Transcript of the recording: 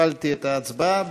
הפעלתי את ההצבעה.